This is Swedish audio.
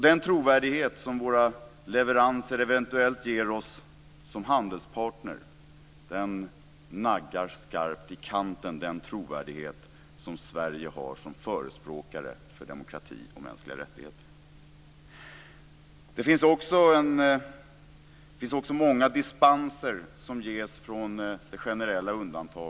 Den trovärdighet som våra leveranser eventuellt ger oss som handelspartner naggar skarpt i kanten den trovärdighet som Sverige har som förespråkare för demokrati och mänskliga rättigheter. Det finns också många dispenser som ges från det generella förbudet.